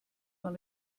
man